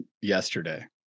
Yesterday